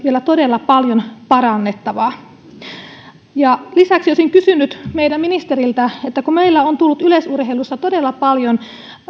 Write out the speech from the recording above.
vielä todella paljon parannettavaa lisäksi olisin kysynyt meidän ministeriltä että kun meillä on tullut yleisurheilussa todella paljon